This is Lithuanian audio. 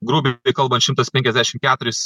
grubiai kalbant šimtas penkiasdešim keturis